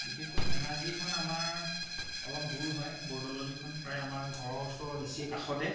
বিশেষকৈ ধেমাজিখন আমাৰ অলপ দূৰ হয় বৰদলনিখন আমাৰ ঘৰৰ ওচৰৰ নিচেই কাষতে